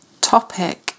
topic